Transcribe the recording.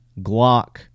Glock